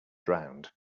drowned